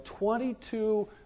22